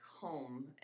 home